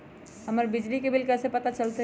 हमर बिजली के बिल कैसे पता चलतै?